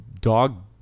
dog